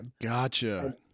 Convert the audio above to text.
gotcha